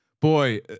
boy